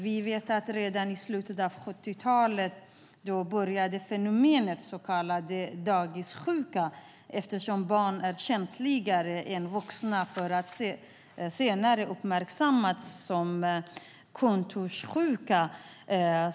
Vi vet att redan i slutet av 1970-talet började fenomenet dagissjuka uppstå, eftersom barn är känsligare än vuxna, för att senare uppmärksammas som kontorssjuka.